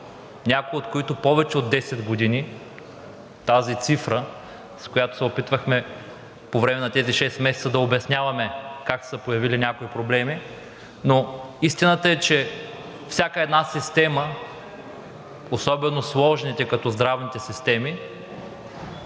някои от които са повече от 10 години – тази цифра, с която се опитвахме по време на тези шест месеца да обясняваме как са се появили някои проблеми. Но истината е, че всяка една система и особено сложните, като здравните системи,